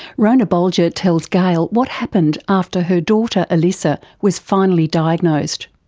rhona bolger tells gail what happened after her daughter alyssa was finally diagnosed.